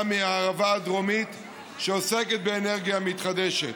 מהערבה הדרומית שעוסקת באנרגיה מתחדשת,